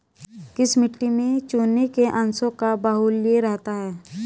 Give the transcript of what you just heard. किस मिट्टी में चूने के अंशों का बाहुल्य रहता है?